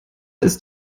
ist